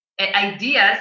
ideas